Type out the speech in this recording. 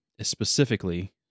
specifically